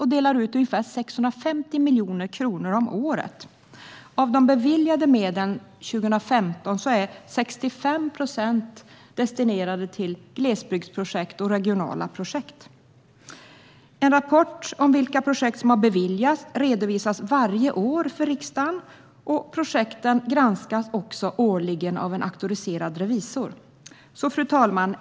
De delar ut ungefär 650 miljoner kronor om året. Av de beviljade medlen 2015 var 65 procent destinerade till glesbygdsprojekt och regionala projekt. En rapport om vilka projekt som har beviljats medel redovisas varje år för riksdagen. Projekten granskas också årligen av en auktoriserad revisor. Fru talman!